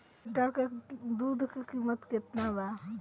गाय के एक लीटर दूध के कीमत केतना बा?